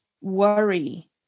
worry